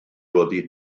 oddi